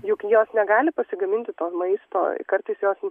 juk jos negali pasigaminti to maisto kartais jos